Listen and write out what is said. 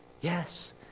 Yes